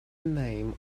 name